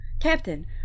Captain